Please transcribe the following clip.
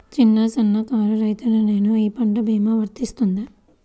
చిన్న సన్న కారు రైతును నేను ఈ పంట భీమా వర్తిస్తుంది?